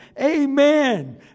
Amen